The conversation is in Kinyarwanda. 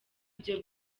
ibyo